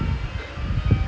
err your own C_V ah